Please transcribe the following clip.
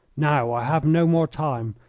now, i have no more time.